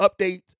update